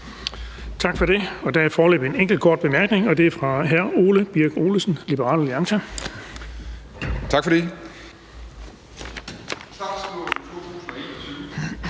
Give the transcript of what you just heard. Tak for det. Der er foreløbig en enkelt kort bemærkning, og den kommer fra hr. Ole Birk Olesen, Liberal Alliance. Kl.